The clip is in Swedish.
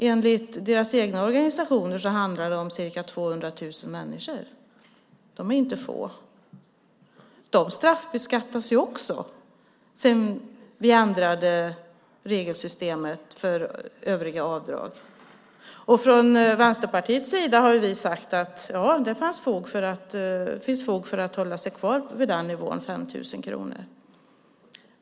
Enligt deras egna organisationer handlar det om ca 200 000 människor. De är inte få. De straffbeskattas också sedan vi ändrade regelsystemet för övriga avdrag. Vi från Vänsterpartiet har sagt att det finns fog för att hålla sig kvar vid nivån 5 000 kronor.